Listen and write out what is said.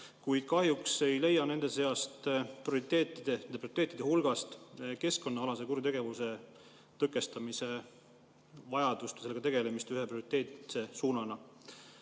kuid kahjuks ei ole nende prioriteetide hulgas keskkonnaalase kuritegevuse tõkestamise vajadust või sellega tegelemist ühe prioriteetse suunana.